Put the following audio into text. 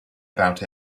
about